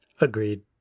Agreed